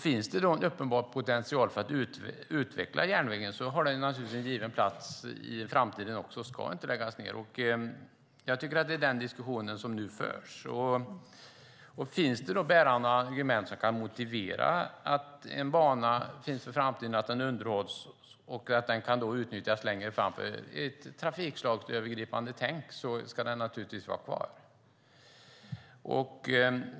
Finns det en uppenbar potential för att utveckla järnvägen har den naturligtvis en given plats även i framtiden och ska inte läggas ned. Jag tycker att det är den diskussionen som nu förs. Finns det bärande argument som kan motivera att en bana ska finnas för framtiden, underhållas och utnyttjas längre fram ska den i ett trafikslagsövergripande tänk vara kvar.